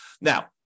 Now